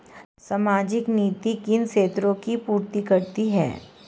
सामाजिक नीति किन क्षेत्रों की पूर्ति करती है?